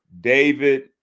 David